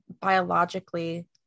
biologically